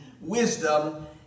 wisdom